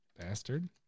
Bastard